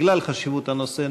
בגלל חשיבות הנושא,